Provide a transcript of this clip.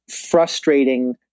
frustrating